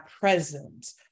presence